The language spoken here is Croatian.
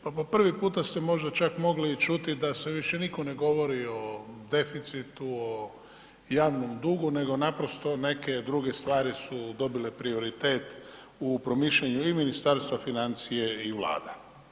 Pa po prvi puta ste možda čak mogli i čuti da sad više niko govori o deficitu, o javnom dugu nego naprosto neke druge stvari su dobile prioritet u promišljanju i Ministarstva financija i Vlade.